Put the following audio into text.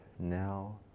now